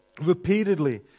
repeatedly